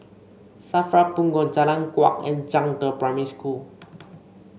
Safra Punggol Jalan Kuak and Zhangde Primary School